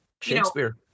shakespeare